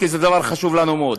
כי דבר זה חשוב לנו מאוד.